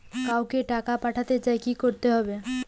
কাউকে টাকা পাঠাতে চাই কি করতে হবে?